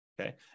Okay